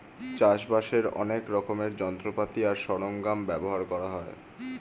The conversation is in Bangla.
চাষবাসের অনেক রকমের যন্ত্রপাতি আর সরঞ্জাম ব্যবহার করা হয়